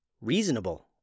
reasonable